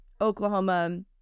Oklahoma